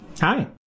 Hi